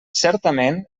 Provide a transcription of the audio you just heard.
certament